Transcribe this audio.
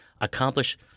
accomplish